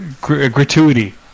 gratuity